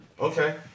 Okay